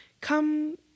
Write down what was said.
come